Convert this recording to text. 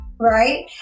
right